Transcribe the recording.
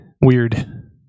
Weird